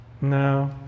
No